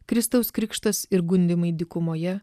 kristaus krikštas ir gundymai dykumoje